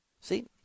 See